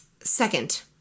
Second